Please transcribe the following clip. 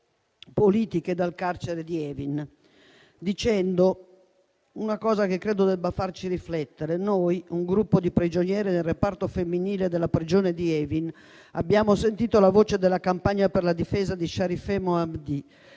politiche del carcere di Evin, dicendo una cosa che credo debba farci riflettere: "noi, un gruppo di prigioniere del reparto femminile della prigione di Evin, abbiamo sentito la voce della campagna per la difesa di Sharifeh